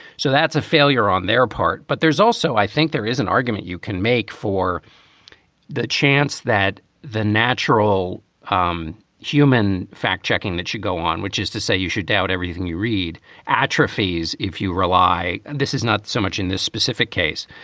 so that's a failure on their part. but there's also i think there is an argument you can make for the chance that the natural um human fact checking that should go on, which is to say you should doubt everything you read at trophy's. if you rely. and this is not so much in this specific case,